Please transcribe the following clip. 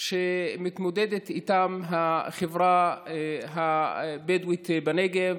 שאיתן מתמודדת החברה הבדואית בנגב,